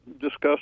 discussed